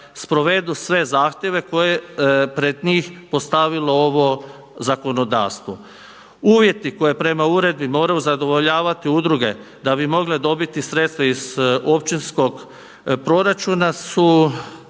sprovedu sve zahtjeve koje je pred njih postavilo ovo zakonodavstvo. Uvjeti koje prema uredbi moraju zadovoljavati udruge da bi mogle dobiti sredstva iz općinskog proračuna su